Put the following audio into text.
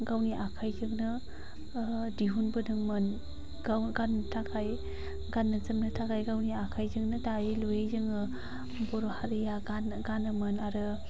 गावनि आखाइजोंनो दिहुनबोदोंमोन गाव गाननो थाखाय गाननो जोमनो थाखाय गावनि आखाइजोंनो दायो लुयो जोङो बर' हारिआ गा गानोमोन आरो